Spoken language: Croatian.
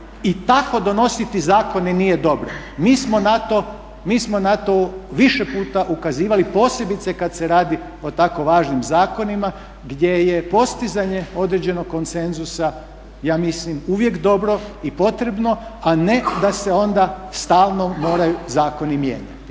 i tako donositi zakone nije dobro. Mi smo na to više puta ukazivali posebice kad se radi o tako važnim zakonima gdje je postizanje određenog konsenzusa uvijek dobro i potrebno a ne da se onda stalno moraju zakoni mijenjati,